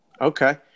Okay